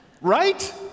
Right